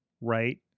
right